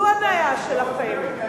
זו הבעיה שלכם.